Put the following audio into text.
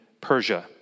Persia